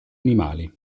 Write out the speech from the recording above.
animali